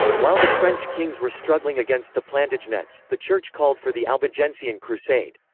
while the french kings were struggling against the plantagenets, the church called for the albigensian crusade.